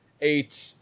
eight